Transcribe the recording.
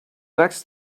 next